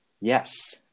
Yes